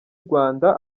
urwanda